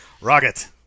Rocket